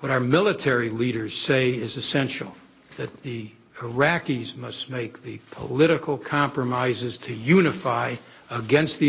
what our military leaders say is essential that the iraqis must make the political compromises to unify against the